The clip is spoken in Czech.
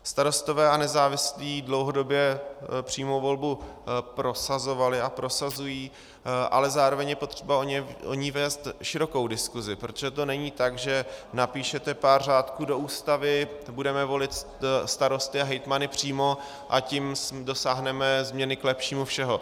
Starostové a nezávislí dlouhodobě přímou volbu prosazovali a prosazují, ale zároveň je potřeba o ní vést širokou diskusi, protože to není tak, že napíšete pár řádků do Ústavy, budeme volit starosty a hejtmany přímo a tím dosáhneme změny k lepšímu všeho.